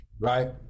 Right